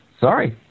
Sorry